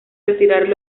retirar